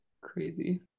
Crazy